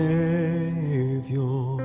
Savior